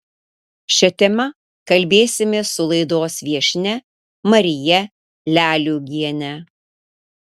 šia tema kalbėsimės su laidos viešnia marija leliugiene